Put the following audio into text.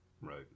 Right